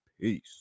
peace